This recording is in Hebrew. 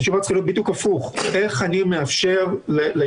החשיבה צריכה להיות בדיוק הפוך איך אני מאפשר לילדים